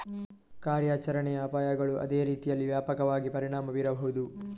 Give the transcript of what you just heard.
ಕಾರ್ಯಾಚರಣೆಯ ಅಪಾಯಗಳು ಅದೇ ರೀತಿಯಲ್ಲಿ ವ್ಯಾಪಕವಾಗಿ ಪರಿಣಾಮ ಬೀರಬಹುದು